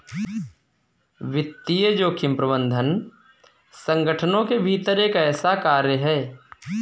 वित्तीय जोखिम प्रबंधन संगठनों के भीतर एक ऐसा कार्य है